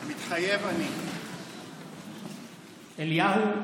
מתחייב אני אליהו רביבו,